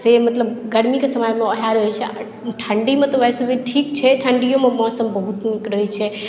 से मतलब गर्मीकेँ समयमे वएह रहै छै ठण्डीमे तऽ वैसे भी ठीक छै ठण्डियो मे मौसम बहुत नीक रहै छै